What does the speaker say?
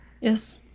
yes